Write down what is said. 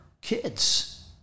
kids